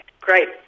great